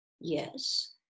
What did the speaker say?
Yes